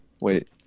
Wait